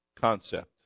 concept